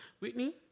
Whitney